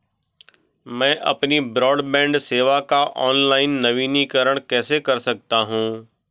मैं अपनी ब्रॉडबैंड सेवा का ऑनलाइन नवीनीकरण कैसे कर सकता हूं?